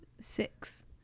Six